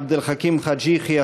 עבד אל חכים חאג' יחיא,